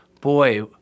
boy